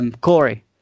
Corey